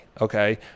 okay